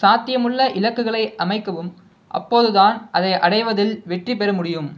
சாத்தியமுள்ள இலக்குகளை அமைக்கவும் அப்போதுதான் அதை அடைவதில் வெற்றிபெற முடியும்